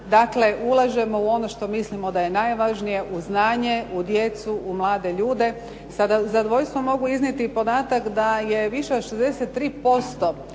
Dakle, ulažemo u ono što mislimo da je najvažnije u znanje, u djecu, u mlade ljude. Sa zadovoljstvom mogu iznijeti podatak da je više od 63%,